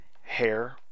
Hair